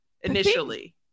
initially